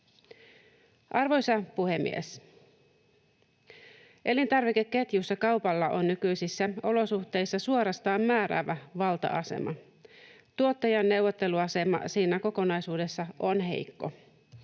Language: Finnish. Arvoisa puhemies! Elintarvikeketjussa kaupalla on nykyisissä olosuhteissa suorastaan määräävä valta-asema. Tuottajan neuvotteluasema siinä kokonaisuudessa on heikko.